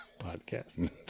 podcast